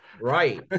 Right